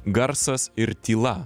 garsas ir tyla